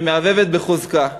שמהבהבת בחוזקה,